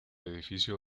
edificio